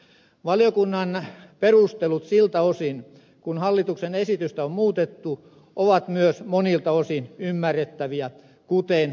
valiokunnan perustelut siltä osin kun hallituksen esitystä on muutettu ovat myös monilta osin ymmärrettäviä kuten